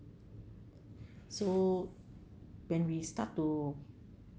so when we start to